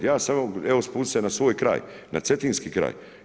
Ja sam evo spustit se na svoj kraj, na cetinski kraj.